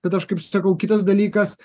tada aš kaip sakau kitas dalykas